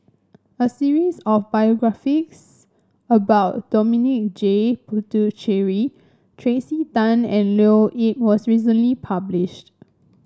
a series of biographies about Dominic J Puthucheary Tracey Tan and Leo Yip was recently published